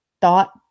thought